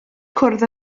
cwrdd